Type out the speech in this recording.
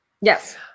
Yes